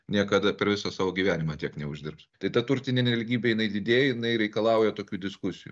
niekada per visą savo gyvenimą tiek neuždirbs tai ta turtinė nelygybė jinai didėja jinai reikalauja tokių diskusijų